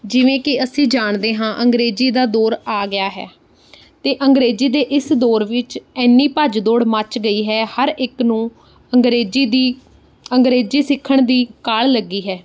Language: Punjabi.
ਜਿਵੇਂ ਕਿ ਅਸੀਂ ਜਾਣਦੇ ਹਾਂ ਅੰਗਰੇਜ਼ੀ ਦਾ ਦੌਰ ਆ ਗਿਆ ਹੈ ਅਤੇ ਅੰਗਰੇਜ਼ੀ ਦੇ ਇਸ ਦੌਰ ਵਿੱਚ ਐਨੀ ਭੱਜ ਦੌੜ ਮੱਚ ਗਈ ਹੈ ਹਰ ਇੱਕ ਨੂੰ ਅੰਗਰੇਜ਼ੀ ਦੀ ਅੰਗਰੇਜ਼ੀ ਸਿੱਖਣ ਦੀ ਕਾਹਲ ਲੱਗੀ ਹੈ